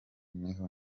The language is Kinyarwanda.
niho